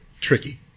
tricky